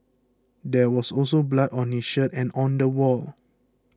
there was also blood on his shirt and on the wall